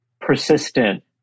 persistent